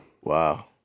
wow